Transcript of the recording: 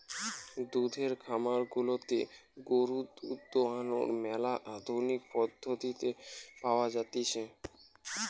দুধের খামার গুলাতে গরুর দুধ দোহানোর ম্যালা আধুনিক পদ্ধতি পাওয়া জাতিছে